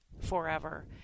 forever